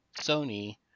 Sony